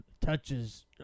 touches